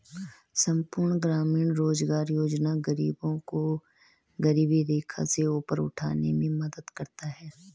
संपूर्ण ग्रामीण रोजगार योजना गरीबों को गरीबी रेखा से ऊपर उठाने में मदद करता है